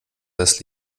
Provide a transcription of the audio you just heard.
das